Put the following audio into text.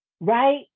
right